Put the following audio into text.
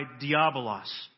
Diabolos